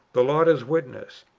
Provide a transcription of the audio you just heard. the lord is witness,